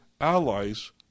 allies